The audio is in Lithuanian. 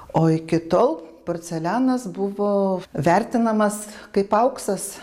o iki tol porcelianas buvo vertinamas kaip auksas